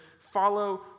follow